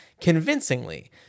convincingly